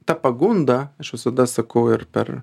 ta pagunda aš visada sakau ir per